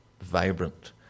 vibrant